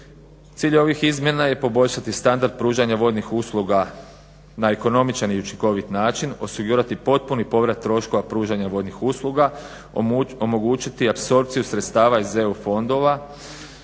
Cilj ovih izmjena je poboljšati standard pružanja vodnih usluga na ekonomičan i učinkovit način, osigurati potpuni povrat troškova pružanja vodnih usluga, omogućiti apsorpciju sredstava iz EU fondova,